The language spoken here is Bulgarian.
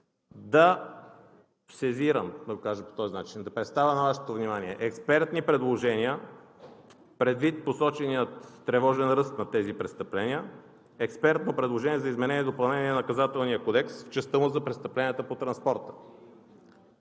да сезирам, да го кажа по този начин, да представя на Вашето внимание експертни предложения, предвид посочения тревожен ръст на тези престъпления – Експертно предложение за изменение и допълнение на Наказателния кодекс в частта му за престъпленията по транспорта.